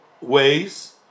ways